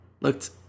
looked